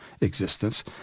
existence